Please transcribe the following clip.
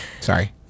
sorry